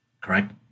correct